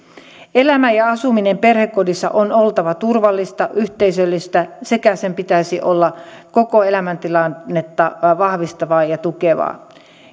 elämän ja asumisen perhekodissa on oltava turvallista yhteisöllistä sekä sen pitäisi olla koko elämäntilannetta vahvistavaa ja tukevaa